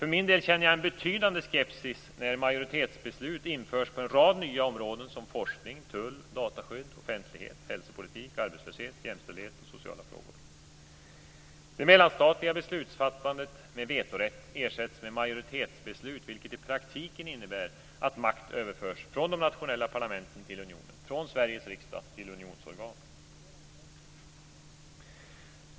För min del känner jag en betydande skepsis när majoritetsbeslut införs på en rad nya områden som forskning, tull, dataskydd, offentlighet, hälsopolitik, arbetslöshet, jämställdhet och sociala frågor. Det mellanstatliga beslutsfattandet med vetorätt ersätts med majoritetsbeslut, vilket i praktiken innebär att makt överförs från de nationella parlamenten till unionen - från Sveriges riksdag till unionsorganen.